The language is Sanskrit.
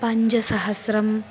पञ्चसहस्रम्